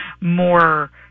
more